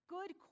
Good